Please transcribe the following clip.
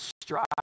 strive